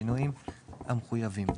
בשינויים המחויבים.